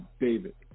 david